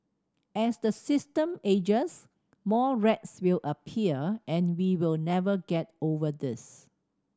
as the system ages more rats will appear and we will never get over this